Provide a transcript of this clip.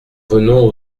venons